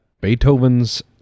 Beethoven's